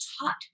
taught